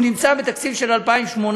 זה נמצא בתקציב של 2018,